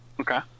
Okay